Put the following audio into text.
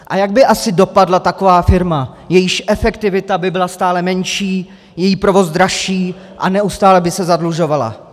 A jak by asi dopadla taková firma, jejíž efektivita by byla stále menší, její provoz dražší a neustále by se zadlužovala?